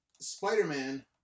Spider-Man